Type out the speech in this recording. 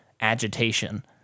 agitation